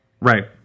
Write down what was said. Right